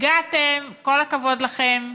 הגעתם, כל הכבוד לכם,